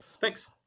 Thanks